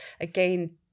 again